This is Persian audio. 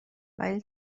ولی